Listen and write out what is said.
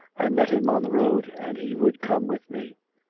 i met him on the road, and he would come with me.